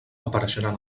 apareixeran